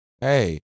Hey